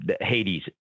Hades